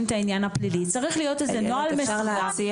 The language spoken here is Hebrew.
את העניין הפלילי צריך להיות איזה נוהל מסודר.